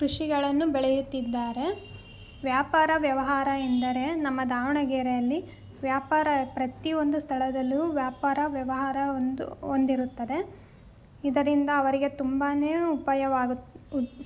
ಕೃಷಿಗಳನ್ನು ಬೆಳೆಯುತ್ತಿದ್ದಾರೆ ವ್ಯಾಪಾರ ವ್ಯವಹಾರ ಎಂದರೆ ನಮ್ಮ ದಾವಣಗೆರೆಯಲ್ಲಿ ವ್ಯಾಪಾರ ಪ್ರತಿಯೊಂದು ಸ್ಥಳದಲ್ಲು ವ್ಯಾಪಾರ ವ್ಯವಹಾರ ಹೊಂದ್ ಹೊಂದಿರುತ್ತದೆ ಇದರಿಂದ ಅವರಿಗೆ ತುಂಬಾ ಉಪಾಯವಾಗು